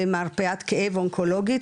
במרפאת כאב אונקולוגית,